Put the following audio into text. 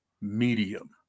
medium